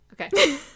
Okay